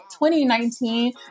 2019